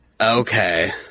Okay